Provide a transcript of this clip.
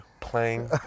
playing